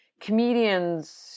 comedians